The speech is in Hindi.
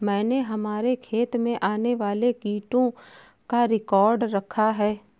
मैंने हमारे खेत में आने वाले कीटों का रिकॉर्ड रखा है